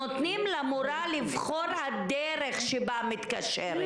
נותנים למורה לבחור את הדרך שבה היא מתקשרת.